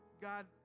God